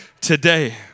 today